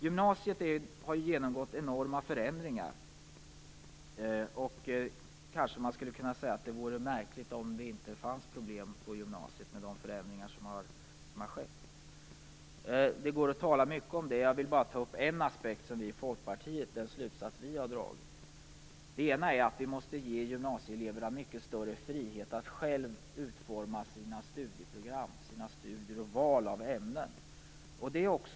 Gymnasiet har genomgått enorma förändringar. Kanske skulle man kunna säga att det vore märkligt om det inte fanns problem på gymnasiet i och med de förändringar som har skett. Det går att tala mycket om det. Men jag vill bara ta upp de slutsatser som vi i folkpartiet har dragit, nämligen att vi måste ge gymnasieeleverna mycket större frihet att själva utforma sina studieprogram, sina studier och val av ämnen.